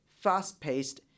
fast-paced